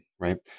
right